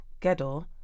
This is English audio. Gedor